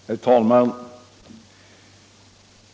Herr talman!